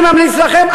אני ממליץ לכם,